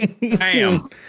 bam